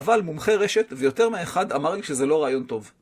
אבל מומחי רשת, ויותר מהאחד, אמרים שזה לא רעיון טוב.